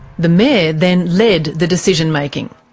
the mayor then led the decision-making.